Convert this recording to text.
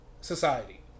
society